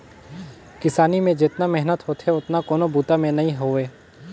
किसानी में जेतना मेहनत होथे ओतना कोनों बूता में नई होवे